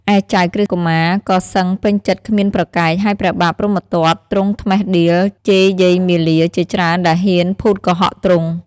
ឯចៅក្រឹស្នកុមារក៏សឹងពេញចិត្តគ្មានប្រកែក ហើយព្រះបាទព្រហ្មទត្តទ្រង់ត្មិះដៀលជេរយាយមាលាជាច្រើនដែលហ៊ានភូតកុហកទ្រង់។